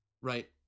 right